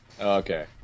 Okay